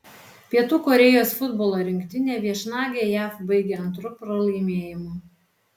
pietų korėjos futbolo rinktinė viešnagę jav baigė antru pralaimėjimu